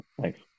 Thanks